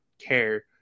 care